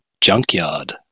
Junkyard